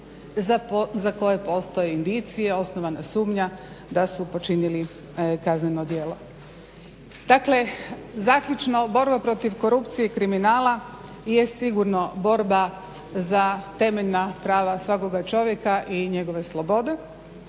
za koje postoje indicije, osnovana sumnja da su počinili kazneno djelo. Dakle zaključno, borba protiv korupcije i kriminala jest sigurno borba za temeljna prava svakoga čovjeka i njegove slobode,